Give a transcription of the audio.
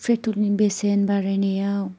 पेट्रलनि बेसेन बारायनायाव